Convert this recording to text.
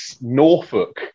Norfolk